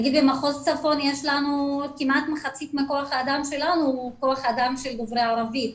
נגיד במחוז צפון כמעט מחצית מכוח האדם שלנו הוא כוח אדם שדובר ערבית.